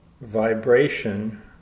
vibration